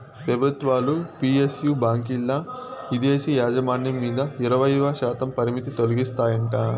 పెబుత్వాలు పి.ఎస్.యు బాంకీల్ల ఇదేశీ యాజమాన్యం మీద ఇరవైశాతం పరిమితి తొలగిస్తాయంట